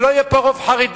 שלא יהיה פה רוב חרדי?